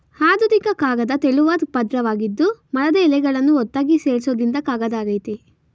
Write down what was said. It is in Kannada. ಆಧುನಿಕ ಕಾಗದ ತೆಳುವಾದ್ ಪದ್ರವಾಗಿದ್ದು ಮರದ ಎಳೆಗಳನ್ನು ಒತ್ತಾಗಿ ಸೇರ್ಸೋದ್ರಿಂದ ಕಾಗದ ಆಗಯ್ತೆ